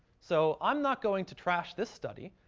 so, i'm not going to trash this study.